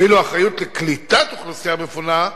ואילו האחריות לקליטת אוכלוסייה מפונה,